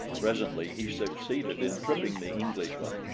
presently he succeeded in tripping the englishman,